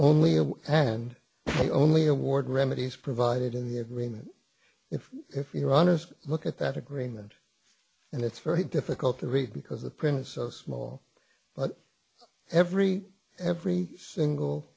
the only award remedy is provided in the agreement if if you're honest look at that agreement and it's very difficult to read because the print so small but every every single